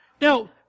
Now